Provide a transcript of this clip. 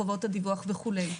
חובות הדיווח וכו'.